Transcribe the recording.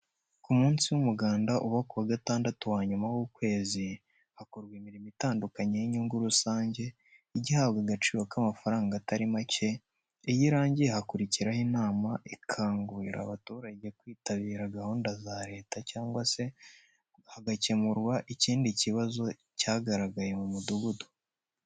Ku munsi w'umuganda uba ku wa Gatandatu wa nyuma w'ukwezi, hakorwa imirimo itandukanye y'inyungu rusange, ijya ihabwa agaciro k'amafaranga atari make, iyo irangiye hakurikiraho inama ikangurira abaturage kwitabira gahunda za Leta cyangwa se hagakemurwa ikindi kibazo cyagaragaye mu mudugudu.